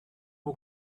who